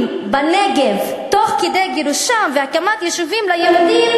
בנגב תוך כדי גירושם והקמת יישובים ליהודים,